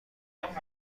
منم